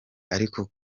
ariko